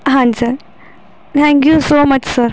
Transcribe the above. ਹਾਂਜੀ sir thank you so much sir